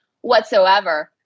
whatsoever